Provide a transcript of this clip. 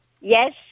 Yes